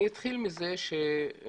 אני אתחיל מזה שמחובתנו